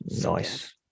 Nice